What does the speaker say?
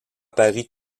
paris